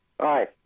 Hi